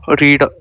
read